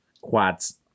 quads